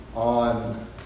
On